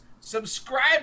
subscribe